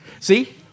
See